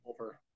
Over